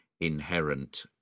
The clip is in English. inherent